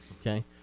okay